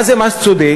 מה זה מס צודק?